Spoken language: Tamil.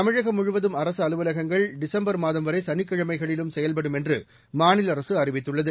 தமிழகம் முழுவதும் அரசு அலுவலகங்கள் டிசம்பர் மாதம்வரை சனிக்கிழமைகளிலும் செயல்படும் என்று மாநில அரசு அறிவித்துள்ளது